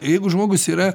jeigu žmogus yra